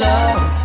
Love